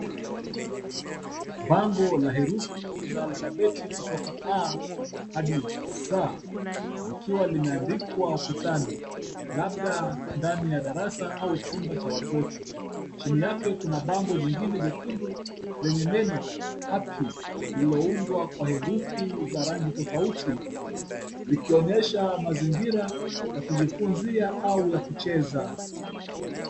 Bango la herufi za alfabeti kutoka A hadi Z likiwa limeandikwa ukutani, labda ndani ya darasa au chumba cha watoto. Chini yake kuna bango jingine jekundu lenye neno happy lililoundwa kwa herufi za rangi tofauti, likionyesha mazingira ya kujifunzia au ya kucheza.